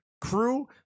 crew